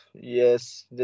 yes